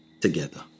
together